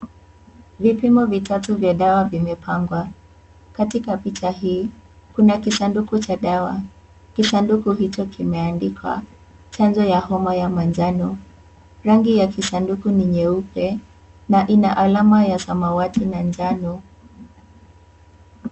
Vipimo vitatu vya dawa vimepangwa katika picha hii kuna kisanduku cha dawa, kisanduku hicho kimeandikwa chanjo ya homa ya manjano rangi ya kisanduku ni nyeupe na ina alama ya samawati na njano.